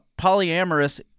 polyamorous